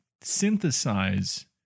synthesize